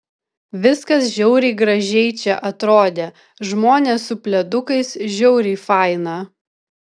viskas žiauriai gražiai čia atrodė žmonės su pledukais žiauriai faina